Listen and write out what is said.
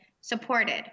supported